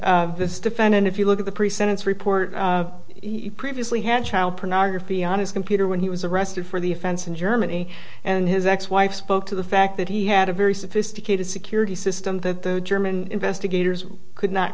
and this defendant if you look at the pre sentence report previously had child pornography on his computer when he was arrested for the offense in germany and his ex wife spoke to the fact that he had a very sophisticated security system that the german investigators could not